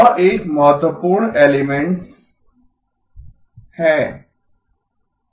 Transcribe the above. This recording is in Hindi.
वह एक महत्वपूर्ण एलिमेंट्स है